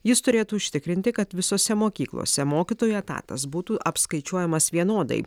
jis turėtų užtikrinti kad visose mokyklose mokytojo etatas būtų apskaičiuojamas vienodai